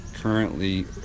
currently